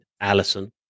Allison